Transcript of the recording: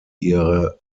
ihre